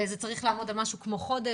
וזה צריך לעמוד על משהו כמו חודש.